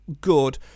good